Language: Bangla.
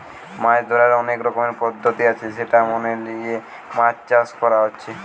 মাছ ধোরার অনেক রকমের পদ্ধতি আছে সেটা মেনে লিয়ে মাছ চাষ হচ্ছে